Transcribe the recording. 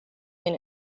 been